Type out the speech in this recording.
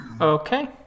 Okay